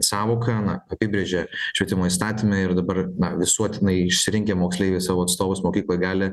sąvoką na apibrėžė švietimo įstatyme ir dabar na visuotinai išsirinkę moksleiviai savo atstovus mokykloj gali